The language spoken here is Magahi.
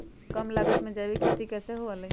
कम लागत में जैविक खेती कैसे हुआ लाई?